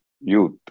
youth